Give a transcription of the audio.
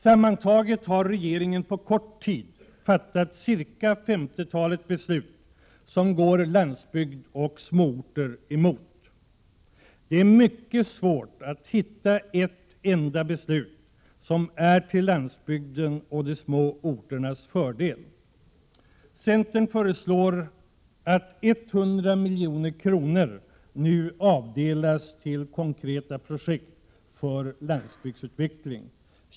Sammantaget har regeringen på kort tid fattat cirka femtiotalet beslut som går landsbygd och småorter emot. Det är mycket svårt att hitta ett enda beslut som är till landsbygdens och de små orternas fördel. Centern föreslår att 100 milj.kr. nu avdelas till konkreta projekt för landsbygdsutveckling.